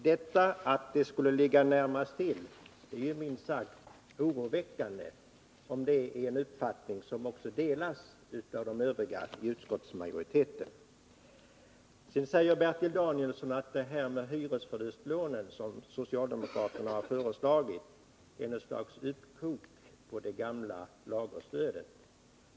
Detta att det skulle ligga närmast till är alltså minst sagt oroväckande, om det är en uppfattning som delas av övriga inom utskottsmajoriteten. Bertil Danielsson säger att det här med hyresförlustlånen, som socialdemokraterna har föreslagit, är något slags uppkok på det gamla lagerstödet.